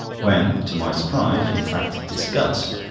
when, to my surprise, in fact disgust,